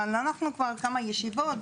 אבל אנחנו כבר כמה ישיבות,